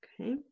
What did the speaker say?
okay